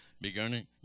beginning